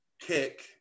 kick